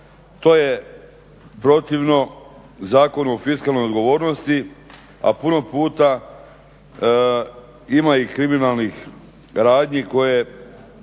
To je protivno Zakonu o fiskalnoj odgovornosti a puno puta ima i kriminalnih radnji koje